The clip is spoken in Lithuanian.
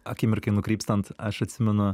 akimirkai nukrypstant aš atsimenu